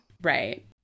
Right